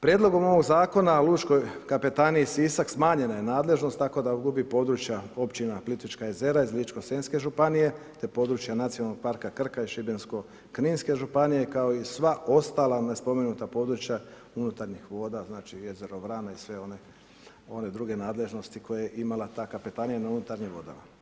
Prijedlogom ovog zakona, Lučkoj kapetaniji Sisak smanjena je nadležnost tako da gubi područja općine Plitvička jezera iz Ličko-senjske županije te područja NP Krka iz Šibensko-kninske županije kao i sva ostala nespomenuta područja unutarnjih voda, znači jezero Vrana i sve one druge nadležnosti koje je imala ta kapetanija na unutarnjim vodama.